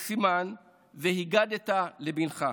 בסימן "והגדת לבנך".